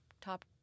top